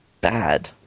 bad